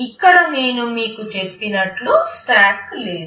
ఇక్కడ నేను మీకు చెప్పినట్లు స్టాక్ లేదు